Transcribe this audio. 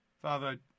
Father